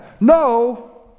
no